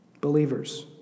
Believers